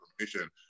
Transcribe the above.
information